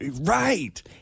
Right